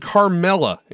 Carmella